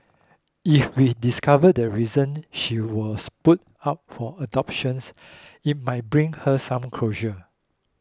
if we discover the reason she was put up for adoptions it might bring her some closure